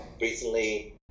recently